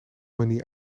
manier